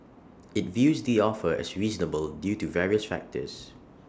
IT views the offer as reasonable due to various factors